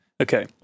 Okay